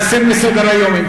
להסיר מסדר-היום.